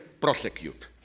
prosecute